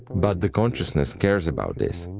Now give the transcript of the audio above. but the consciousness cares about this.